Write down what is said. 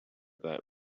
that